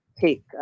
take